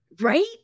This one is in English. Right